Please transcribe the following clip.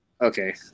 Okay